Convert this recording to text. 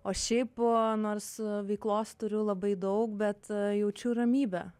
o šiaip nors veiklos turiu labai daug bet jaučiu ramybę